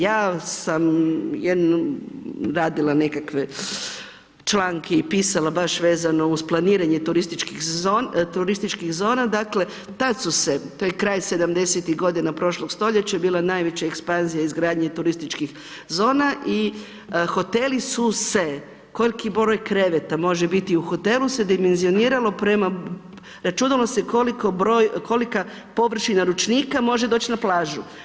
Ja sam radila nekakve članke i pisala baš vezano uz planiranje turističkih zona, tad su se, to je kraj 70-ih godina prošlog stoljeća bile najveća ekspanzija izgradnje turističkih zona i hoteli su se, koliki broj kreveta može biti u hotelu se dimenzioniralo prema, računalo se kolika površina ručnika može doći na plažu.